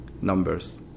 numbers